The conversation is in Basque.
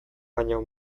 baino